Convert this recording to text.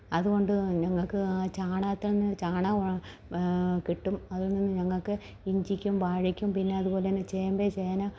അത് കൊണ്ട് ഞങ്ങൾക്ക് ചാണകത്തിൽനിന്ന് ചാണകവും കിട്ടും അതിൽ നിന്ന് ഞങ്ങൾക്ക് ഇഞ്ചിക്കും വാഴക്കും പിന്നെ അതുപോലെത്തന്നെ ചേമ്പ് ചേന